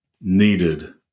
needed